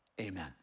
amen